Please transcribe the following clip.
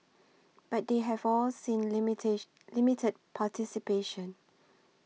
but they have all seen limited limited participation